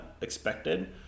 expected